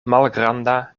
malgranda